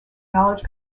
knowledge